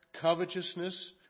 covetousness